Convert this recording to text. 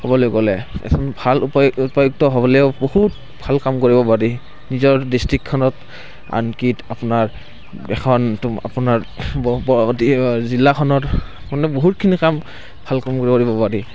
ক'বলৈ গ'লে এজন ভাল উপা উপায়ুক্ত হ'বলৈও বহুত ভাল কাম কৰিব পাৰি নিজৰ ডিষ্ট্ৰিকখনত আনকি আপোনাৰ এখন তো আপোনাৰ জিলাখনৰ মানে বহুতখিনি কাম ভাল কাম কৰিব পাৰি